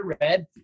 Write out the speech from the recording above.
red